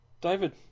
David